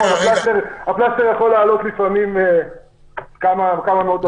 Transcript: הפלסתר יכול לעלות לפעמים כמה מאות אלפי שקלים.